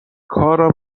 کارم